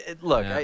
look